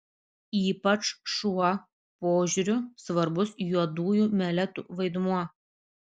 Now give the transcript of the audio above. ypač šuo požiūriu svarbus juodųjų meletų vaidmuo